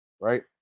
right